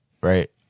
right